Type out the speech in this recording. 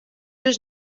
dus